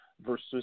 versus